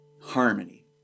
Harmony